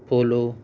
follow